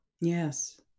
yes